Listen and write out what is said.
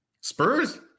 Spurs